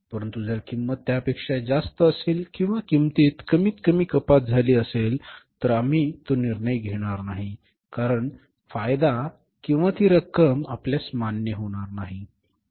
परंतु जर किंमत त्यापेक्षा जास्त असेल किंवा किंमतीत कमीतकमी कपात झाली असेल तर आम्ही तो निर्णय घेणार नाही कारण फायदा किंवा ती रक्कम आपल्यास मान्य होणार नाही